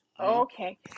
Okay